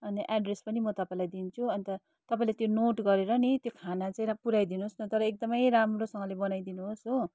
अनि एड्रेस पनि म तपाईँलाई दिन्छु अन्त तपाईँले त्यो नोट गरेर नि त्यो खाना चाहिँ पुऱ्याइ दिनुहोस् न तर एकदमै राम्रोसँगले बनाइ दिनुहोस् हो